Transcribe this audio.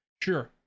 sure